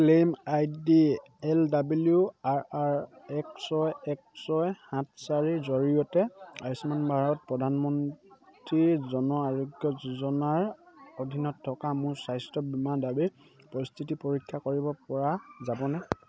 claim I D L W R R এক ছয় এক ছয় সাত চাৰিৰ জৰিয়তে আয়ুষ্মান ভাৰত প্ৰধানমন্ত্ৰী জন আৰোগ্য যোজনাৰ অধীনত থকা মোৰ স্বাস্থ্য বীমা দাবীৰ পৰিস্থিতি পৰীক্ষা কৰিব পৰা যাবনে